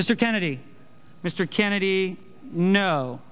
mr kennedy mr kennedy no